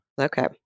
Okay